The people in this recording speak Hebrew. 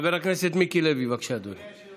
חבר הכנסת מיקי לוי, בבקשה, אדוני.